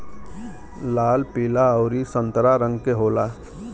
लाल पीला अउरी संतरा रंग के होला